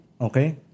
okay